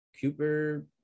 Cooper